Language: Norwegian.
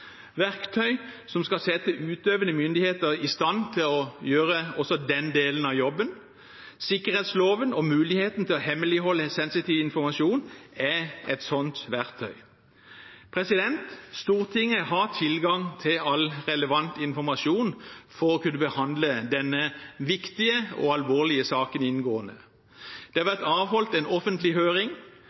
verktøy som skal sette utøvende myndigheter i stand til å gjøre også den delen av jobben. Sikkerhetsloven og muligheten til å hemmeligholde sensitiv informasjon er et slikt verktøy. Stortinget har tilgang til all relevant informasjon for å kunne behandle denne viktige og alvorlige saken inngående. Det har vært avholdt en omfattende høring.